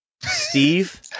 Steve